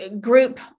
group